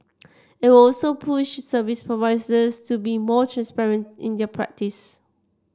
it will also push service providers to be more transparent in their practices